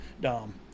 Dom